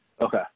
Okay